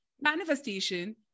manifestation